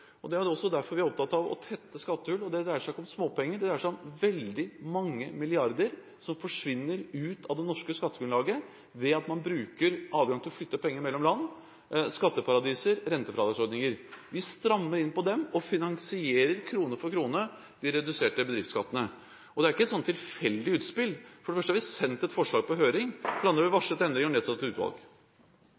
Det er også derfor vi er opptatt av å tette skattehull, og det dreier seg ikke om småpenger. Det dreier seg om veldig mange milliarder som forsvinner ut av det norske skattegrunnlaget, ved at man bruker adgang til å flytte penger mellom land – skatteparadiser – og ved rentefradragsordninger. Vi strammer inn på dette og finansierer, kroner for krone, de reduserte bedriftsskattene. Det er ikke et tilfeldig utspill. For det første har vi sendt et forslag på høring, og for det andre har vi varslet endringer og nedsatt et utvalg.